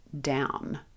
down